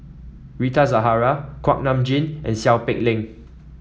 Rita Zahara Kuak Nam Jin and Seow Peck Leng